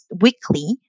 Weekly